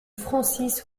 francis